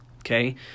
Okay